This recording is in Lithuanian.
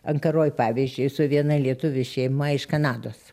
ankaroj pavyzdžiui su viena lietuvių šeima iš kanados